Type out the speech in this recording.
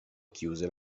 chiuse